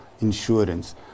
insurance